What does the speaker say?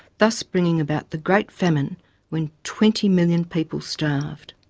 thus bringing about the great famine when twenty million people starved.